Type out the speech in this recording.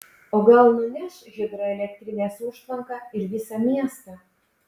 o gal nuneš hidroelektrinės užtvanką ir visą miestą